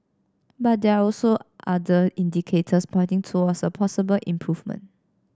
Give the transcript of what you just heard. but there are other indicators pointing towards a possible improvement